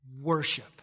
Worship